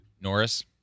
Norris